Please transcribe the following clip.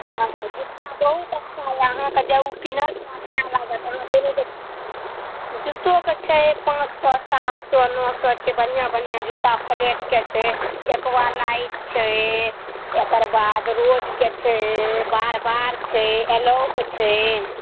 हँ जूत्ता बहुत अच्छा यऽ अहाँके जे ओ पिन्हत ने अच्छा लागत अहाँ देलहुॅं जुत्तोके छै पाँच सए सात सए नओ सए छै बढ़िऑं बढ़िऑं जूत्ता फ्लेटके छै एक्वा लाइट छै एकर बाद रोजके छै बार बार छै एलौके छै